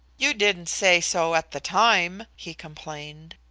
you didn't say so at the time, he complained.